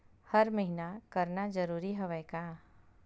हर महीना करना जरूरी हवय का?